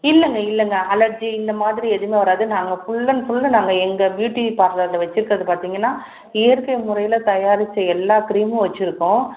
இல்லைங்க இல்லைங்க அலர்ஜி இந்தமாதிரி எதுவுமே வராது நாங்கள் ஃபுல் அண்ட் ஃபுல்லும் நாங்கள் எங்கள் பியூட்டி பார்லரில் வச்சிருக்குறது பார்த்திங்கன்னா இயற்கை முறையில் தயாரிச்ச எல்லா க்ரீமும் வச்சிருக்கோம்